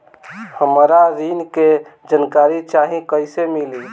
हमरा ऋण के जानकारी चाही कइसे मिली?